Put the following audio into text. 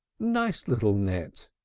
nice little net!